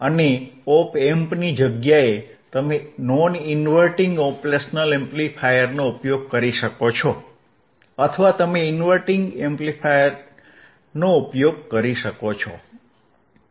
અને ઓપ એમ્પની જગ્યાએ તમે નોન ઇન્વર્ટીંગ ઓપરેશનલ એમ્પ્લીફાયરનો ઉપયોગ કરી શકો છો અથવા તમે ઇન્વર્ટીંગ ઓપરેશનલ એમ્પ્લીફાયરનો ઉપયોગ કરી શકો છો